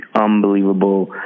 unbelievable